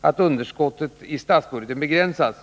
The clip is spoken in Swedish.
att underskottet i statsbudgeten begränsas.